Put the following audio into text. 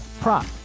prop